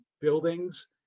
buildings